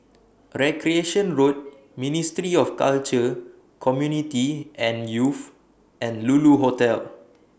Recreation Road Ministry of Culture Community and Youth and Lulu Hotel